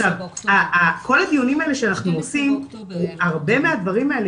כל הדיונים האלה שאנחנו עושים הרבה מהדברים האלה